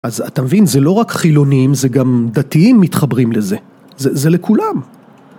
אז אתה מבין, זה לא רק חילונים, זה גם דתיים מתחברים לזה, זה זה לכולם.